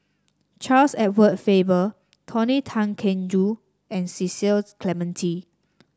Charles Edward Faber Tony Tan Keng Joo and Cecil Clementi